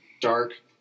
dark